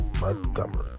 Montgomery